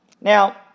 Now